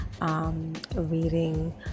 reading